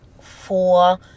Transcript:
four